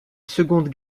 seconde